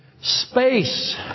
Space